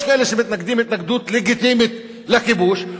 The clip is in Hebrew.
כאלה שמתנגדים התנגדות לגיטימית לכיבוש,